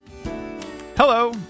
Hello